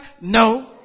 No